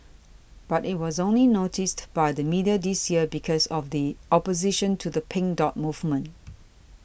but it was only noticed by the media this year because of the opposition to the Pink Dot movement